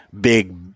big